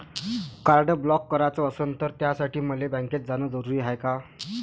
Card block कराच असनं त त्यासाठी मले बँकेत जानं जरुरी हाय का?